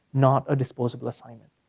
not a disposable assignment,